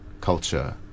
culture